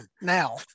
now